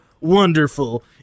wonderful